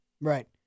Right